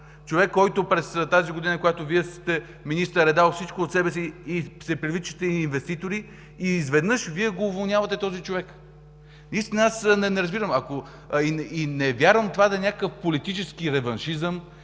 Човек, който през тази година, когато Вие сте министър, е дал всичко от себе си и се привличат инвеститори. Изведнъж Вие уволнявате този човек! Наистина не разбирам. Не вярвам това да е някакъв политически реваншизъм